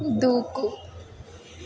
దూకు